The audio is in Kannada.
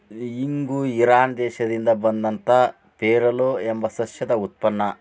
ಇಂಗು ಇರಾನ್ ದೇಶದಿಂದ ಬಂದಂತಾ ಫೆರುಲಾ ಎಂಬ ಸಸ್ಯದ ಉತ್ಪನ್ನ